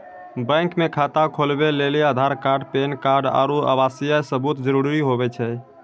bank मे खाता खोलबै लेली आधार कार्ड पैन कार्ड आरू आवासीय सबूत जरुरी हुवै छै